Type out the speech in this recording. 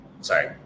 sorry